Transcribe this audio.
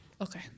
Okay